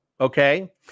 okay